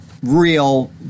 real